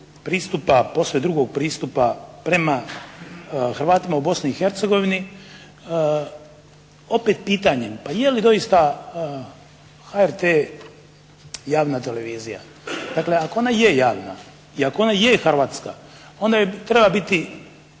pristupa, posve drugog pristupa prema Hrvatima u Bosni i Hercegovini opet pitanjem: Pa je li doista HRT javna televizija? Dakle ako ona je javna i ako ona je Hrvatska onda treba biti